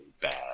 bad